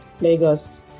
Lagos